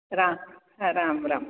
Ram Ram Ram